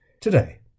today